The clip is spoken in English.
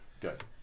good